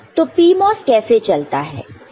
तो PMOS कैसे चलता है